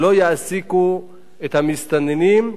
שלא יעסיקו את המסתננים,